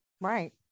Right